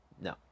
No